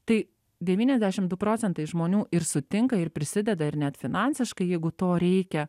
tai devyniasdešim du procentai žmonių ir sutinka ir prisideda ir net finansiškai jeigu to reikia